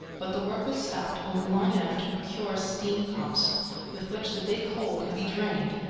but the work was stopped only long enough to procure steam pumps with which the big hole could be drained.